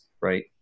right